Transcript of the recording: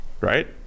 Right